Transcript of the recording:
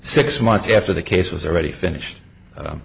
six months after the case was already finished